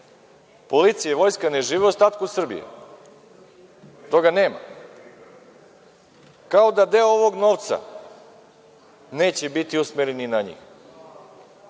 policija i vojska ne žive u ostatku Srbije? Toga nema? Kao da deo ovog novca neće biti usmeren i na